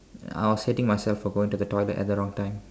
I was hating myself for going to the toilet at the wrong time